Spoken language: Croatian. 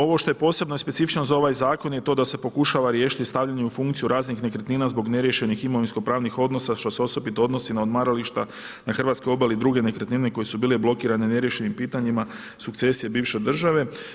Ono što je posebno je specifično za ovaj zakon, je to da se pokušava riješiti stavljanjem u funkciju raznih nekretnina zbog neriješenih imovinsko pravnih odnosa što se osobito odnosi na odmarališta, na hrvatskoj obali druge nekretnina koje su bile blokirane neriješenih pitanja sukcesije biše države.